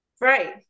Right